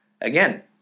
Again